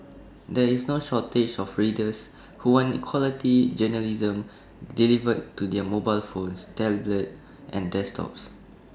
there is no shortage of readers who want quality journalism delivered to their mobile phones tablets and desktops